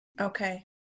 Okay